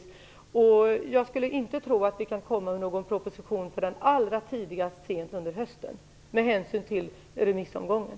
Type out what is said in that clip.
Jag tror inte att vi kan komma med en proposition förrän allra tidigast sent under hösten med hänsyn till remissomgången.